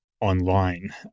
online